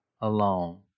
alone